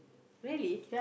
really